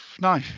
No